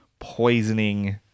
poisoning